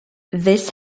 this